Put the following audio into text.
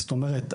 זאת אומרת,